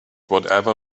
whatever